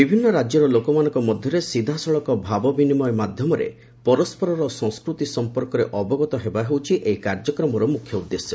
ବିଭିନ୍ନ ରାଜ୍ୟର ଲୋକମାନଙ୍କ ମଧ୍ୟରେ ସିଧାସଳଖ ଭାବବିନିମୟ ମାଧ୍ୟମରେ ପରସ୍କରର ସଂସ୍କୃତି ସଫପର୍କରେ ଅବଗତ ହେବା ହେଉଛି ଏହି କାର୍ଯ୍ୟକ୍ରମର ମୁଖ୍ୟ ଉଦ୍ଦେଶ୍ୟ